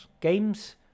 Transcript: Games